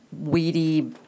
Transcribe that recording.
weedy